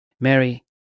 Mary